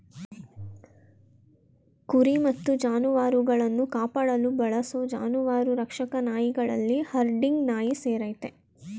ಕುರಿ ಮತ್ತು ಜಾನುವಾರುಗಳನ್ನು ಕಾಪಾಡಲು ಬಳಸೋ ಜಾನುವಾರು ರಕ್ಷಕ ನಾಯಿಗಳಲ್ಲಿ ಹರ್ಡಿಂಗ್ ನಾಯಿ ಸೇರಯ್ತೆ